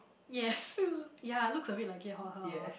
yes ya looks a bit like it hor uh hor